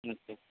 okay